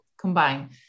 combine